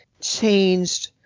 changed